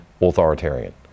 authoritarian